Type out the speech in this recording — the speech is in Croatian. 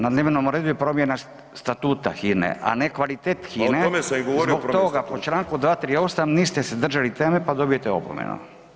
Na dnevnom redu je promjena statuta HINE, a ne kvalitet HINE [[Upadica: Pa o tome sam i govorio.]] zbog toga po Članku 238. niste se držali teme pa dobijete opomenu.